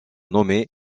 nommés